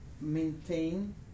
maintain